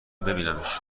ببینمش